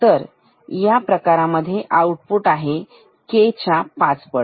तर प्रकारांमध्ये आऊटपुट आहे K च्या पाच पट